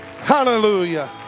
Hallelujah